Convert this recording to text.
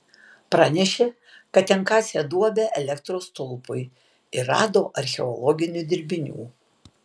pranešė kad ten kasė duobę elektros stulpui ir rado archeologinių dirbinių